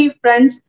friends